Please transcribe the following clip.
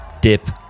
dip